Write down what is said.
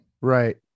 right